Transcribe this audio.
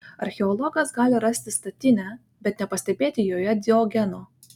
archeologas gali rasti statinę bet nepastebėti joje diogeno